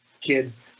kids